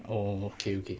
orh okay okay